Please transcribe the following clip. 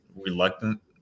reluctant